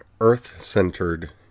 Earth-centered